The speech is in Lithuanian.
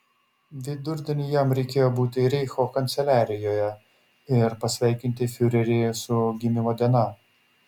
vidurdienį jam reikėjo būti reicho kanceliarijoje ir pasveikinti fiurerį su gimimo diena